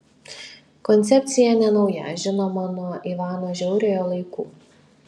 koncepcija nenauja žinoma nuo ivano žiauriojo laikų